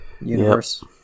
universe